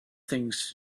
things